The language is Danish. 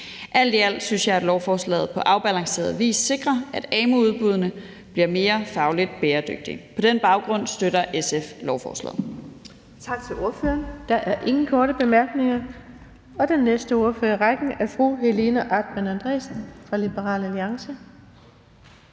Alt i alt synes jeg, at lovforslaget på afbalanceret vis sikrer, at amu-udbuddene bliver mere fagligt bæredygtige. På den baggrund støtter SF lovforslaget.